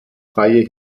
freie